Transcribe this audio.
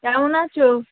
কেমন আছো